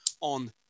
on